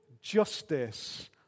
justice